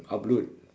upload